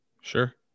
Sure